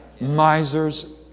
Misers